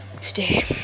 today